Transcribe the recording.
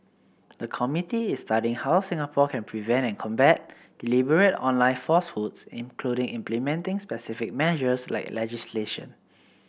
the committee is studying how Singapore can prevent and combat deliberate online falsehoods including implementing specific measures like legislation